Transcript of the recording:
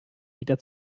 wieder